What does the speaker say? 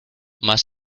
más